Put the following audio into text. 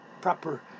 proper